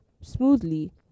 smoothly